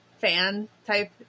fan-type